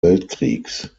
weltkriegs